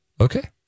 Okay